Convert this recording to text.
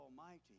almighty